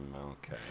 Okay